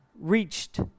reached